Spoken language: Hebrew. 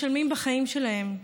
משלמים בחיים שלהם.